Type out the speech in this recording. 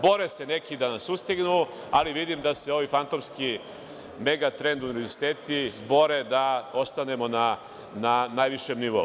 Bore se neki da nas sustignu, ali vidim da se ovi fantomski „Megatrend“ univerziteti bore da ostanemo na najvišem nivou.